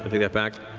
take that back,